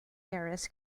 eras